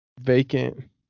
vacant